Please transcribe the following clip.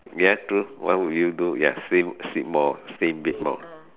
ya true what will you do ya same sleep more stay in bed more